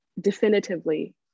definitively